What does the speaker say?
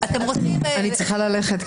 אני צריכה ללכת,